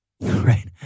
right